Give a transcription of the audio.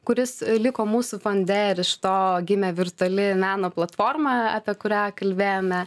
kuris liko mūsų fonde ir iš to gimė virtuali meno platforma apie kurią kalbėjome